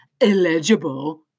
illegible